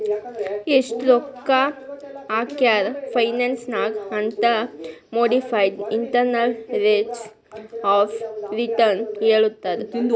ಎಸ್ಟ್ ರೊಕ್ಕಾ ಹಾಕ್ಯಾರ್ ಫೈನಾನ್ಸ್ ನಾಗ್ ಅಂತ್ modified internal rates of return ಹೇಳತ್ತುದ್